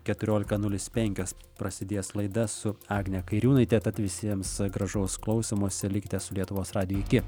keturiolika nulis penkios prasidės laida su agne kairiūnaite tad visiems gražaus klausymosi likite su lietuvos radiju iki